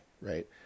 right